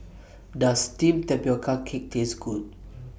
Does Steamed Tapioca Cake Taste Good